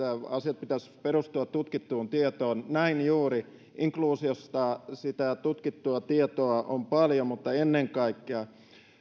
asioiden pitäisi perustua tutkittuun tietoon näin juuri on inkluusiosta sitä tutkittua tietoa on paljon mutta ennen kaikkea